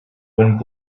wind